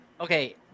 Okay